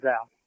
out